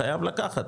חייב לקחת,